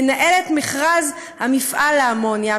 לנהל את מכרז מפעל האמוניה,